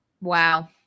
Wow